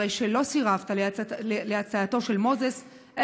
הרי שלא סירבת להצעתו של מוזס,